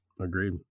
Agreed